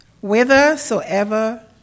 whithersoever